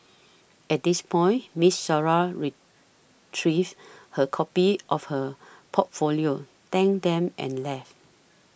at this point Miss Sarah retrieved her copies of her portfolio thanked them and left